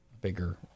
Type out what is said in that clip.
bigger